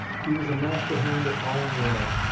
he was a master hand at maulin' rails.